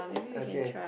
okay